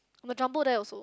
on the Jumbo there also